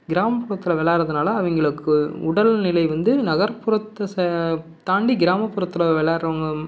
கிராமப்புறத்தில் விளாட்றதுனால அவங்களுக்கு உடல்நிலை வந்து நகர்ப்புறத்தை ச தாண்டி கிராமப்புறத்தில் விளாட்றவங்க